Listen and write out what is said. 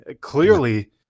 Clearly